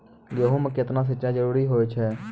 गेहूँ म केतना सिंचाई जरूरी होय छै?